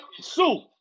Sue